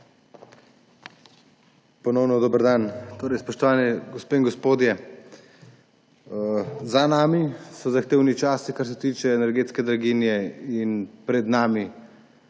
Ponovno dober dan, spoštovane gospe in gospodje! Za nami so zahtevni časi, kar se tiče energetske draginje, in pred nami